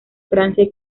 francia